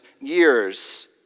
years